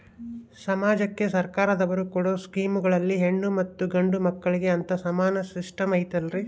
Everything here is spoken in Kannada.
ಸಮಾಜಕ್ಕೆ ಸರ್ಕಾರದವರು ಕೊಡೊ ಸ್ಕೇಮುಗಳಲ್ಲಿ ಹೆಣ್ಣು ಮತ್ತಾ ಗಂಡು ಮಕ್ಕಳಿಗೆ ಅಂತಾ ಸಮಾನ ಸಿಸ್ಟಮ್ ಐತಲ್ರಿ?